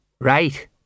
right